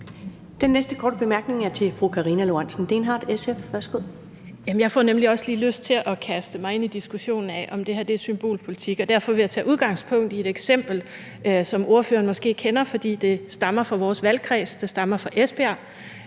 Dehnhardt, SF. Værsgo. Kl. 12:33 Karina Lorentzen Dehnhardt (SF): Jeg får nemlig også lige lyst til at kaste mig ind i en diskussion af, om det her er symbolpolitik, og derfor vil jeg tage udgangspunkt i et eksempel, som ordføreren måske kender, fordi det stammer fra vores valgkreds, det stammer fra